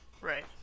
Right